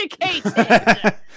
educated